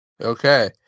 Okay